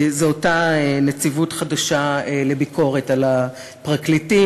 זה אותה נציבות חדשה לביקורת על הפרקליטים.